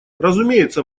разумеется